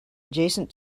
adjacent